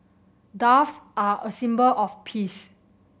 doves are a symbol of peace